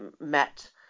met